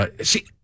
See